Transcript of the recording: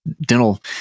dental